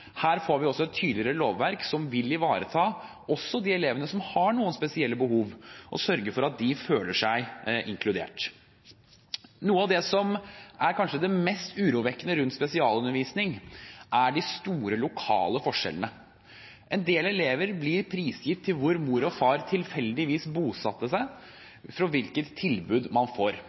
Her får vi også et tydeligere lovverk som også vil ivareta de elevene som har noen spesielle behov og sørge for at de føler seg inkludert. Noe av det som kanskje er det mest urovekkende rundt spesialundervisning, er de store lokale forskjellene. En del elever er prisgitt det tilbudet de får, der mor og far tilfeldigvis bosetter seg.